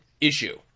issue